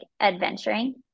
adventuring